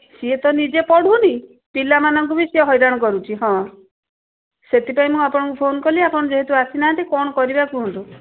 ସିଏ ତ ନିଜେ ପଢ଼ୁନି ପିଲାମାନଙ୍କୁ ବି ସିଏ ହଇରାଣ କରୁଛି ହଁ ସେଥିପାଇଁ ମୁଁ ଆପଣଙ୍କୁ ଫୋନ୍ କଲି ଆପଣ ଯେହେତୁ ଆସିନାହାନ୍ତି କ'ଣ କରିବା କୁହନ୍ତୁ